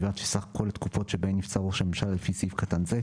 ובלבד שסך כל התקופות שבהן נבצר ראש הממשלה לפי סעיף קטן זה,